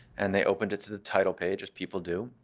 and they opened it to the title page, as people do.